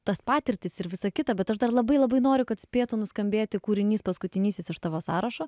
tas patirtis ir visa kita bet aš dar labai labai noriu kad spėtų nuskambėti kūrinys paskutinysis iš tavo sąrašo